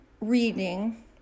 reading